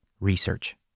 Research